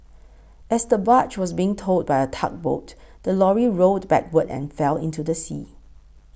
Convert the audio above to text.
as the barge was being towed by a tugboat the lorry rolled backward and fell into the sea